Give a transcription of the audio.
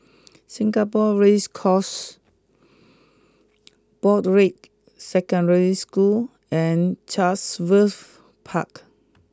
Singapore Race Course Broadrick Secondary School and Chatsworth Park